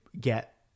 get